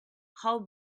how